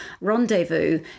Rendezvous